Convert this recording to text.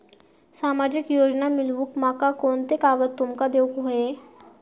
सामाजिक योजना मिलवूक माका कोनते कागद तुमका देऊक व्हये?